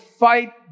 fight